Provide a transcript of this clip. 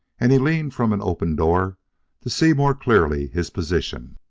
and he leaned from an open door to see more clearly his position.